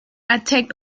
attacked